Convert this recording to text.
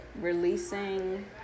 releasing